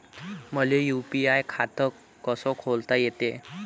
मले यू.पी.आय खातं कस खोलता येते?